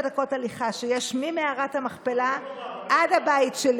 דקות הליכה שיש ממערת המכפלה עד הבית שלי